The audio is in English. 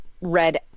red